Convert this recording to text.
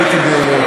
הרב פירון,